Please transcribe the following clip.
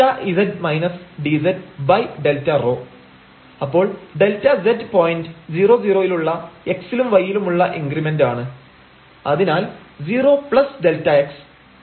അപ്പോൾ Δz point 00 ലുള്ള x ലും y ലുമുള്ള ഇൻഗ്രിമെന്റ് ആണ്